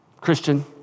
Christian